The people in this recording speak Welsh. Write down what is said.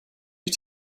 wyt